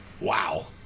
Wow